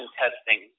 testing